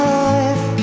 life